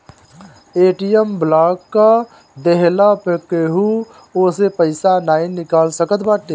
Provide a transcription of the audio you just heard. ATM block कअ देहला पअ केहू ओसे पईसा नाइ निकाल सकत बाटे